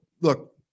look